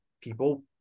people